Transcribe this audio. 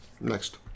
Next